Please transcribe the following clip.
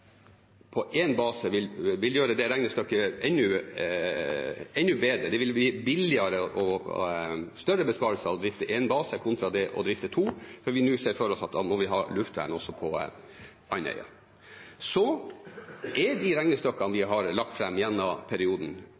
på én base vil gjøre regnestykket enda bedre. Det vil bli billigere og gi større besparelser å drifte én base kontra å drifte to baser – når vi nå ser for oss at vi da må ha luftvern også på Andøya. Regnestykkene vi har lagt fram gjennom perioden, er innenfor de usikkerhetsrammene vi har lagt